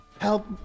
Help